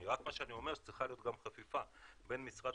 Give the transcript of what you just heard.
אני רק אומר שצריכה להיות גם חפיפה בין משרד